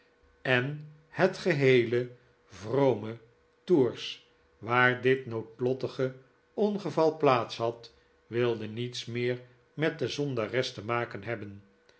en het geheele vrome tours waar dit noodlottige ongeval plaats had wilde niets meer met de zondares te maken hebben